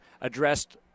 addressed